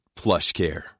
PlushCare